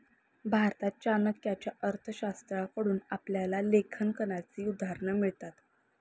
भारतात चाणक्याच्या अर्थशास्त्राकडून आपल्याला लेखांकनाची उदाहरणं मिळतात